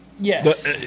Yes